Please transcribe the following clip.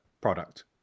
product